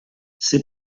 ses